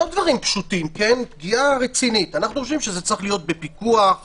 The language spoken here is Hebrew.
לפי בקשת חלק מהחברים,